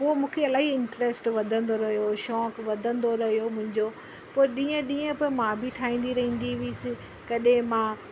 पोइ मूंखे इलाही इंट्रस्ट वधंदो रहियो शौक़ु वधंदो रहियो मुंहिंजो पोइ ॾींहं ॾींहं पोइ मां बि ठाहींदी रहंदी हुअसि कॾहिं मां